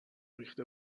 ریخته